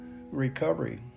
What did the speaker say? recovery